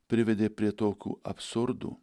privedė prie tokių absurdų